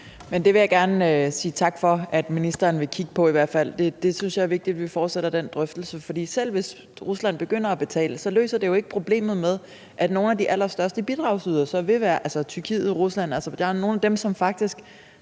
Jeg vil gerne sige tak for, at ministeren i hvert fald vil kigge på det. Jeg synes, det er vigtigt, at vi fortsætter den drøftelse, for selv hvis Rusland begynder at betale, løser det jo ikke problemet med, at nogle af de allerstørste bidragydere så vil være Tyrkiet og Rusland;